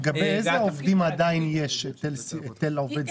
לגבי איזה עובדים עדיין יש היטל עובד זר?